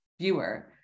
viewer